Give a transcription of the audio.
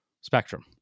spectrum